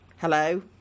Hello